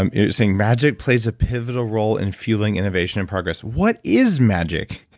and saying magic plays a pivotal role in fueling innovation in progress. what is magic?